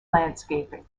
landscaping